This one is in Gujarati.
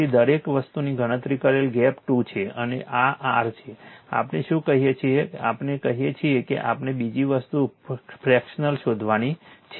તેથી દરેક વસ્તુની ગણતરી કરેલ ગેપ 2 છે અને આ r છે આપણે શું કહીએ છીએ આપણે કહીએ છીએ કે આપણે બીજી વસ્તુ ફ્રેક્શન શોધવાની છે